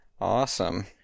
Awesome